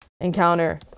encounter